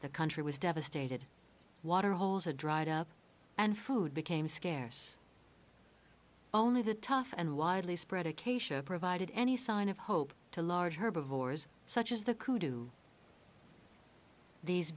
the country was devastated waterholes had dried up and food became scarce only the tough and widely spread acacia provided any sign of hope to large herbivores such as the koodoo these